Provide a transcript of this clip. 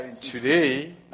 Today